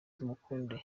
tumukunde